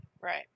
Right